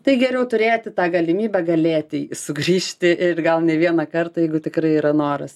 tai geriau turėti tą galimybę galėti į sugrįžti ir gal ne vieną kartą jeigu tikrai yra noras